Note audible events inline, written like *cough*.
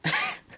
*laughs*